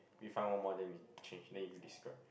we find one more then we change then you describe